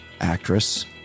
actress